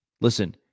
Listen